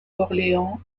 orléans